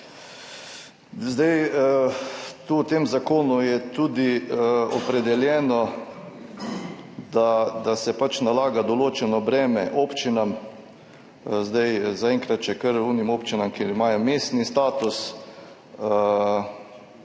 Tu v tem zakonu je tudi opredeljeno, da se nalaga določeno breme občinam. Zaenkrat še kar tistim občinam, ki imajo mestni status.